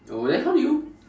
oh then how do you